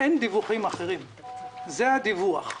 אין דיווחים אחרים זה הדיווח.